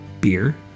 beer